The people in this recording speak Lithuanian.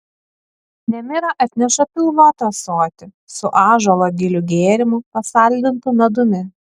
nemira atneša pilvotą ąsotį su ąžuolo gilių gėrimu pasaldintu medumi